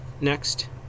next